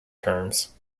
terms